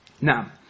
Now